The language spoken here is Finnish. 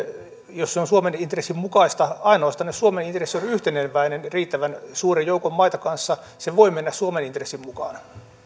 jos se on suomen intressin mukaista ainoastaan jos suomen intressi on yhteneväinen riittävän suuren joukon maita kanssa se voi mennä suomen intressin mukaan